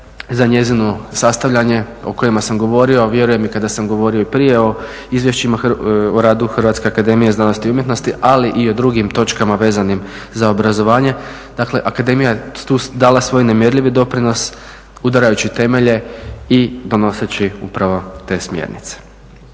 za njezino sastavljanje o kojima sam govorio a vjerujem i kada sam govorio i prije o izvješćima o radu Hrvatske akademije znanosti i umjetnosti ali i o drugim točkama vezanim za obrazovanje dakle akademija je tu dala svoj nemjerljivi doprinos udarajući temelje i donoseći upravo te smjernice.